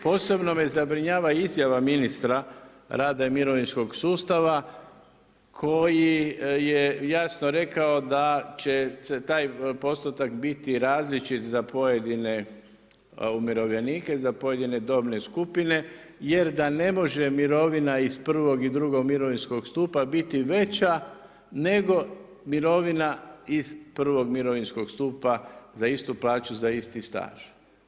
Posebno me zabrinjava izjava ministra rada i mirovinskog sustava koji je jasno rekao da će taj postotak biti različit za pojedine umirovljenike, za pojedine dobne skupine jer da ne može mirovina iz prvog i drugog mirovinskog stupa biti veća nego mirovina iz prvog mirovinskog stupa za istu plaću za isti staž.